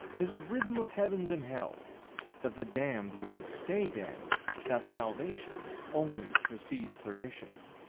is a rhythm of heavens and hells that the damned won't stay damned that salvation only precedes perdition.